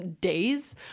days